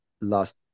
last